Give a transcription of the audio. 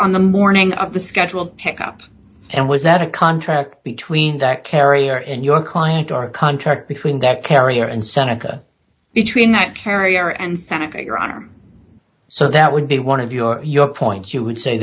on the morning of the schedule pickup and was that a contract between that carrier and your client or a contract between that carrier and seneca between that carrier and seneca your arm so that would be one of your your points you would say